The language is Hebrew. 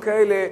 שילדים כאלה,